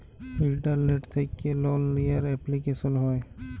ইলটারলেট্ থ্যাকে লল লিয়ার এপলিকেশল হ্যয়